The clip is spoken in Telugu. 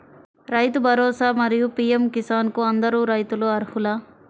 రైతు భరోసా, మరియు పీ.ఎం కిసాన్ కు అందరు రైతులు అర్హులా?